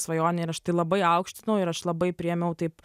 svajonė ir aš tai labai aukštinau ir aš labai priėmiau taip